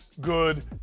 good